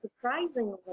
surprisingly